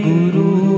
Guru